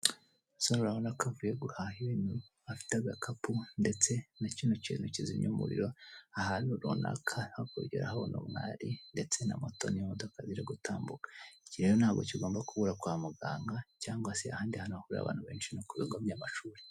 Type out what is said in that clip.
Urabona ko avuye guhaha ibintu, afite agakapu ndetse n'ikindi kintu kizimya umuriro ahantu runaka hakongeraho n'umwari ndetse na moto n'imodoka birigutambuka. Iki rero ntabwo kigomba kubura kwa muganga cyangwa se ahandi hantu hahuriye abantu benshi nko ku BIGO by'amashuri.